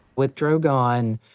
with drogon,